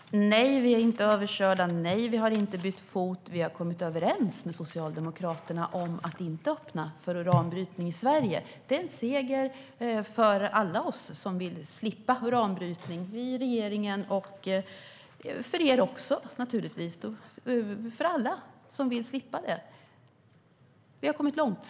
Herr talman! Nej, vi är inte överkörda. Nej, vi har inte bytt fot. Vi har kommit överens med Socialdemokraterna om att inte öppna för uranbrytning i Sverige. Det är en seger för alla oss som vill slippa uranbrytning, naturligtvis också för er - för alla som vill slippa det. Vi har kommit långt!